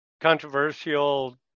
controversial